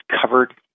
covered